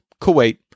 Kuwait